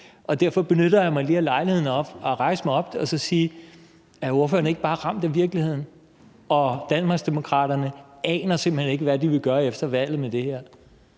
og derfor benytter jeg mig af lejligheden til lige at rejse mig op og spørge, om ordføreren ikke bare er ramt af virkeligheden. Danmarksdemokraterne aner simpelt hen ikke, hvad de vil gøre efter valget med det her.